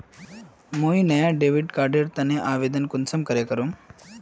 मुई नया debit card एर तने आवेदन कुंसम करे करूम?